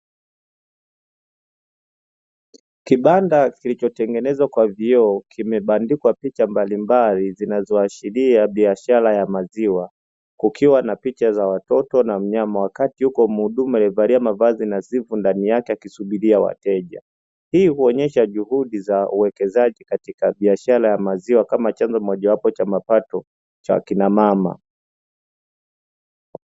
Kibanda kilichotengenezwa kwa vioo kimebandikwa picha mbalimbali zinazoashiria biashara ya maziwa, kukiwa na picha za watoto na mnyama, wakati yuko mhudumu aliyevalia mavazi nadhifu ndani yake akisubiria wateja. Hii huonyesha juhudi za uwekezaji katika biashara ya maziwa kama chanzo moja wapo cha mapato cha akina mama.